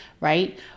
right